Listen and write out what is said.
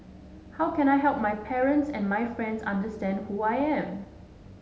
how can I help my parents and my friends understand who I am